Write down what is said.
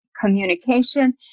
communication